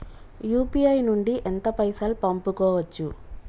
UPI నుండి ఎంత పైసల్ పంపుకోవచ్చు?